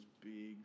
big